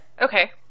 Okay